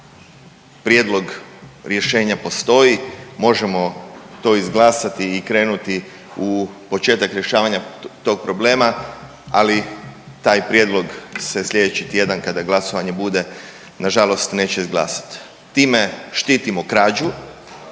Prijedlog rješenja postoji. Možemo to izglasati i krenuti u početak rješavanja tog problema, ali taj prijedlog se sljedeći tjedan kada glasovanje bude na žalost neće izglasati. Time štitimo krađu,